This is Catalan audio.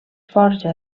forja